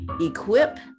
equip